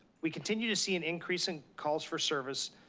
we continue to see an increase in calls for service.